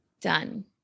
Done